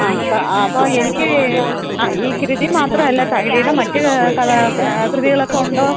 ആ അപ്പോള് ആ അപ്പോള് എനിക്ക് ആ ഈ കൃതി മാത്രമല്ല തകഴിയുടെ മറ്റു കഥ കൃതികളൊക്കുണ്ടോ